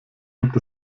gibt